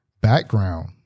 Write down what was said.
background